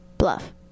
Bluff